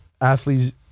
athletes